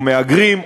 או מהגרים,